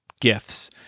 gifts